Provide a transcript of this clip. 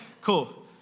Cool